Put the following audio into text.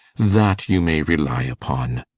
that you may rely upon.